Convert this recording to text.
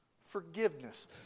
Forgiveness